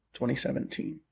2017